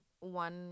One